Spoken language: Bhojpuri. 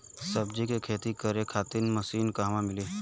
सब्जी के खेती करे खातिर मशीन कहवा मिली?